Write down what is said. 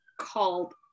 called